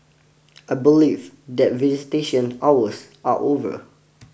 I believe that visitation hours are over